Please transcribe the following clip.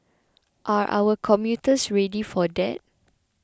are our commuters ready for that